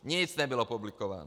Nic nebylo publikováno.